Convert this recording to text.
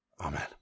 Amen